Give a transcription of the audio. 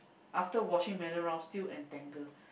after washing many rounds still entangle